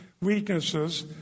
Weaknesses